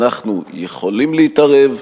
אנחנו יכולים להתערב,